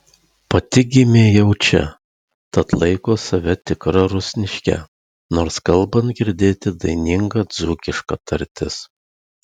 pati gimė jau čia tad laiko save tikra rusniške nors kalbant girdėti daininga dzūkiška tartis